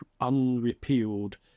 unrepealed